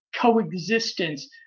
coexistence